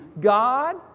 God